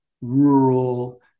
rural